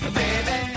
baby